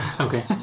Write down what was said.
Okay